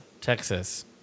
Texas